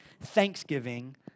thanksgiving